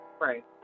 Right